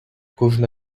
кожна